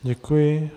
Děkuji.